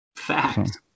Fact